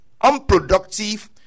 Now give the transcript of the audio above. unproductive